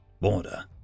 border